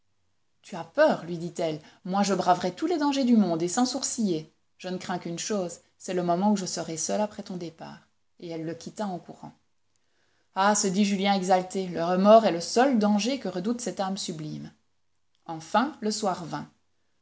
tu as peur lui dit-elle moi je braverais tous les dangers du monde et sans sourciller je ne crains qu'une chose c'est le moment où je serai seule après ton départ et elle le quitta en courant ah se dit julien exalté le remords est le seul danger que redoute cette âme sublime enfin le soir vint